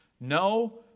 No